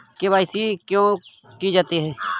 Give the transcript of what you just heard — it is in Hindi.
के.वाई.सी क्यों की जाती है?